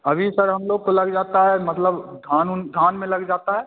अभी सर हम लोग को लग जाता है मतलब धान उन धान में लग जाता है